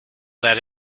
that